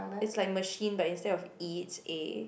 it's like machine but instead of E it's A